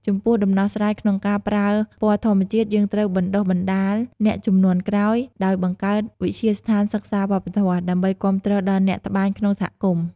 ចំពោះដំណោះស្រាយក្នុងការប្រើពណ៌ធម្មជាតិ យើងត្រូវបណ្ដុះបណ្ដាលអ្នកជំនាន់ក្រោយ ដោយបង្កើតវិទ្យាស្ថានសិក្សាវប្បធម៌ ដើម្បីគាំទ្រដល់អ្នកត្បាញក្នុងសហគមន៍។